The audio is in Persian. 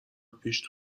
پیش